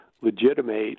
legitimate